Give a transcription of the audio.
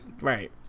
Right